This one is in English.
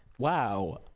Wow